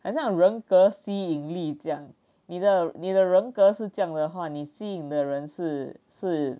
很像人格吸引力这样你的你的人格是这样的话你吸引的人是是